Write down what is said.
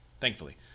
thankfully